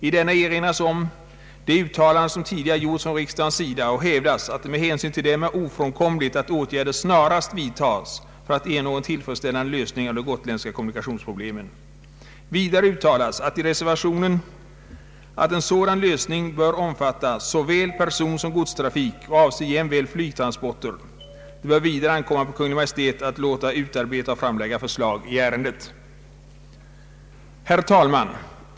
I denna erinras om de uttalanden som tidigare gjorts från riksdagens sida och hävdas att det med hänsyn till dem är ofrånkomligt att åtgärder snarast vidtas för att ernå en tillfredsställande lösning av de gotländska kommunikationsproblemen. Vidare uttalas i reservationen att en sådan lösning bör omfatta såväl personsom godstrafiken och avse jämväl flygtransporterna. Det bör vidare ankomma på Kungl. Maj:t att låta utarbeta och framlägga förslag i ärendet. Herr talman!